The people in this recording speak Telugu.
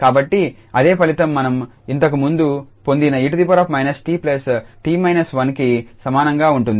కాబట్టి అదే ఫలితం మనం ఇంతకు ముందు పొందిన 𝑒−𝑡𝑡−1కి సమానంగా ఉంటుంది